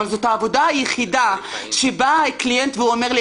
אבל זאת העבודה היחידה שבא קליינט ואומר לי,